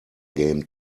game